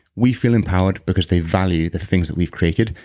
we feel empowered because they value the things that we've created,